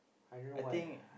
I don't know why ah